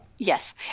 Yes